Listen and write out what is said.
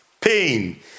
pain